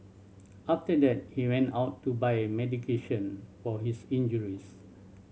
after that he went out to buy medication for his injuries